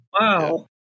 Wow